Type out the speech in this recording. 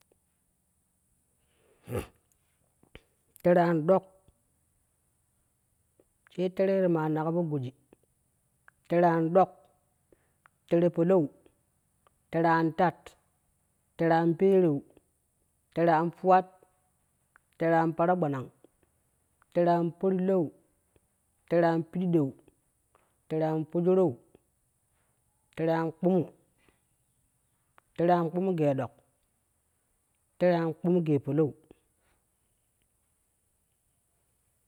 tere an ɗok, tee tere yeti maanna ka po goji tere anɗon tere palau tere an tat, tere an peereu tere an ⼲uwat tere an paragbanang tere an parilau tere an piɗiɗau tere fujerei tere an kpumu, tere an kpumu gee ɗok tere an kpumu gee palau.